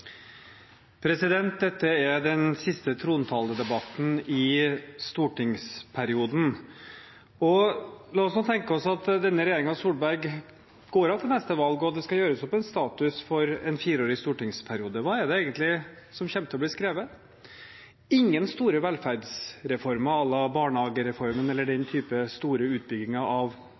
Dette er den siste trontaledebatten i stortingsperioden. La oss nå tenke oss at regjeringen Solberg går av etter neste valg, og at det skal gjøres opp status etter en fireårig stortingsperiode. Hva er det egentlig som kommer til å bli skrevet? Det er ingen store velferdsreformer à la barnehagereformen eller stor utbygging av norsk livskvalitet, ingen store